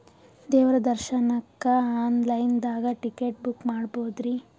ದೇವ್ರ ದರ್ಶನಕ್ಕ online ದಾಗ ಟಿಕೆಟ ಬುಕ್ಕ ಮಾಡ್ಬೊದ್ರಿ?